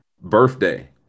birthday